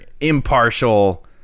impartial